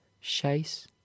Chase